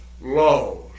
laws